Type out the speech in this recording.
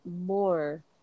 more